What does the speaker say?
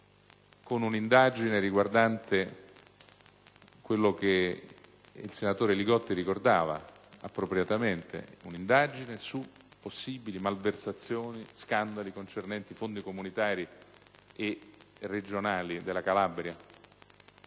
con un'indagine riguardante ciò che il senatore Li Gotti ricordava appropriatamente, cioè un'indagine su possibili malversazioni e scandali concernenti fondi comunitari e regionali della Regione Calabria.